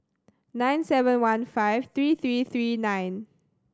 nine seven one five three three three nine